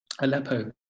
Aleppo